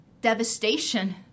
devastation